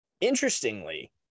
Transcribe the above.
Interestingly